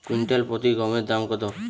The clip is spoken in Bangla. কুইন্টাল প্রতি গমের দাম কত?